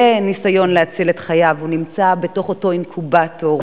בניסיון להציל את חייו הוא נמצא בתוך אותו אינקובטור,